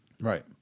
Right